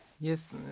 Yes